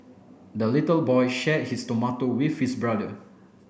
the little boy shared his tomato with his brother